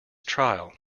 trial